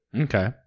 okay